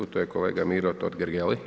To je kolega Miro Totgergeli.